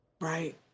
Right